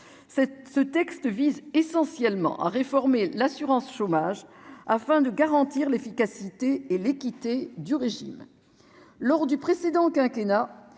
ce texte vise essentiellement à réformer l'assurance chômage, afin de garantir l'efficacité et l'équité du régime lors du précédent quinquennat